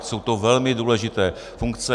Jsou to velmi důležité funkce.